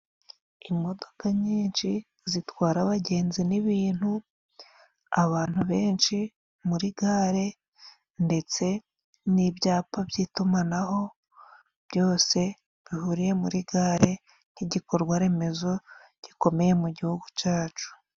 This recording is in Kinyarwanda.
Imodoka nyinshi zitwara abagenzi n'ibintu , abantu benshi muri gare ndetse n'ibyapa by'itumanaho byose bihuriye muri gare nk'igikorwaremezo gikomeye mu gihugu cacu.